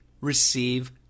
receive